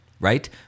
right